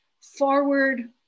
forward